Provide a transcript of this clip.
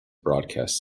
broadcast